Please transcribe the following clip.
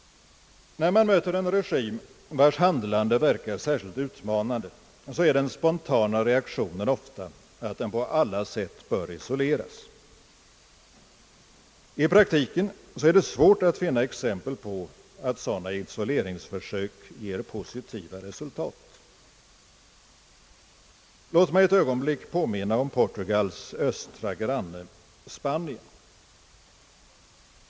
När man möter en regim, vars handlande verkar särskilt utmanande, är den spontana reaktionen ofta att den på alla sätt bör isoleras. Men i praktiken är det svårt att finna exempel på att sådana isoleringsförsök ger positiva resultat. Låt mig ett ögonblick påminna om Portugals östliga granne Spanien.